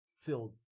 filled